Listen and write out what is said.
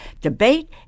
debate